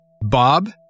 Bob